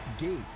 gate